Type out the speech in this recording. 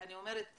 אני אומרת